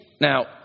Now